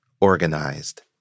organized